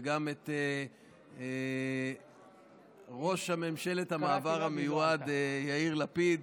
וגם את ראש ממשלת המעבר המיועד יאיר לפיד.